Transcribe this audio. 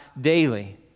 daily